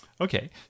okay